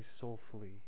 soulfully